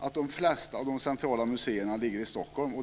att de flesta av de centrala museerna ligger i Stockholm.